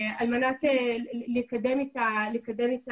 על מנת לקדם את הפעילות,